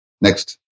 Next